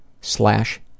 slash